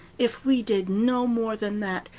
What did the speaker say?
if we did no more than that,